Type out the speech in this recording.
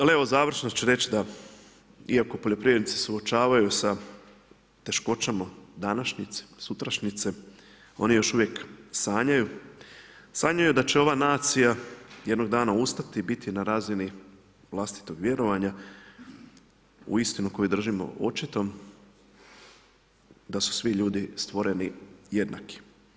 Ali evo završno ću reći da iako poljoprivrednici se suočavaju sa teškoća današnjice, sutrašnjice oni još uvijek sanjaju, sanjaju da će ova nacija jednog dana ustati i biti na razini vlastitog vjerovanja u istini koju držimo očitom da su svi ljudi stvoreni jednaki.